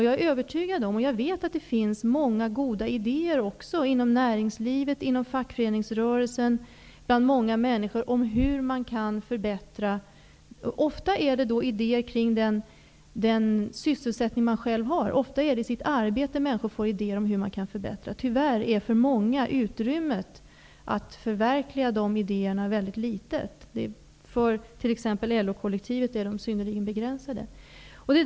Jag är övertygad om att det finns många goda idéer inom näringslivet, fackföreningsrörelsen och bland människor om hur man kan förbättra. Ofta är det idéer kring den sysselsättning man själv har. Ofta är det i sitt arbete som människor får idéer om hur man kan förbättra. Tyvärr har många ett litet utrymme för att förverkliga idéerna. För t.ex. LO-kollektivet är det synnerligen begränsat.